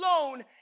alone